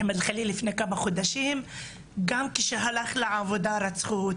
אם רואים את